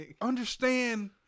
understand